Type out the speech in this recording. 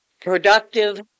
productive